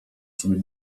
sobie